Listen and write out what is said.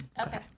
Okay